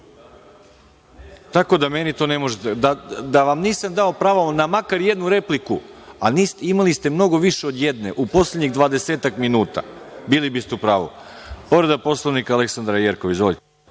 da završimo ovu sednicu. Da vam nisam dao prvo na makar jednu repliku, a imali ste mnogo više od jedne, u poslednjih dvadesetak minuta, bili biste u pravu. Povreda Poslovnika Aleksandra Jerkov. Izvolite.